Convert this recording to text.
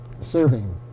serving